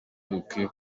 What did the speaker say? dukwiye